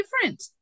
different